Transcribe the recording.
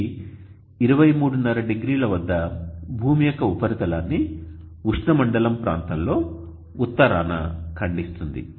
ఇది 23½0 వద్ద భూమి యొక్క ఉపరితలాన్ని ఉష్ణమండల ప్రాంతంలో ఉత్తరాన ఖండిస్తుంది